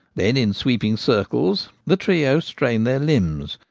then in sweeping circles the trio strain their limbs,